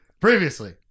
Previously